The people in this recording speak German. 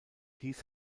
dies